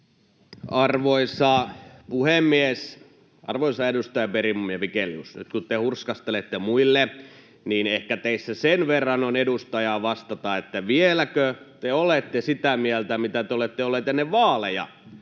Arvoisa puhemies! Arvoisat edustajat Bergbom ja Vigelius, nyt kun te hurskastelette muille, niin ehkä teissä sen verran on edustajaa vastata, että vieläkö te olette sitä mieltä, mitä te olette olleet ennen vaaleja